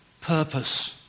purpose